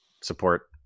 Support